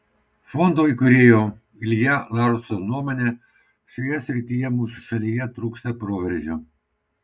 fondo įkūrėjo ilja laurso nuomone šioje srityje mūsų šalyje trūksta proveržio